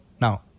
Now